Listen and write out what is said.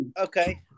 Okay